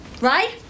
right